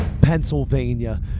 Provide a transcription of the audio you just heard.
Pennsylvania